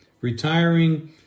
retiring